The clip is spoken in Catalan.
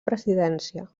presidència